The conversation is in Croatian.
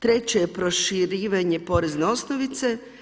Treće je proširivanje porezne osnovice.